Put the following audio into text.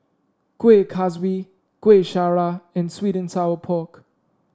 Kueh Kaswi Kueh Syara and sweet and Sour Pork